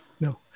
No